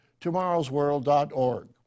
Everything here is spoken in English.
tomorrowsworld.org